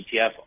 ETF